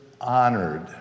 honored